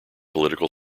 political